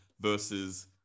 versus